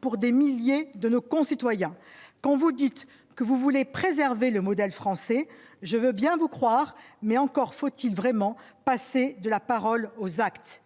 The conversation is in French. pour des milliers de nos concitoyens, quand vous dites que vous voulez préserver le modèle français, je veux bien vous croire, mais encore faut-il vraiment passer de la parole aux actes,